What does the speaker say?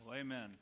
Amen